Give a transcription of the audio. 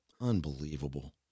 Unbelievable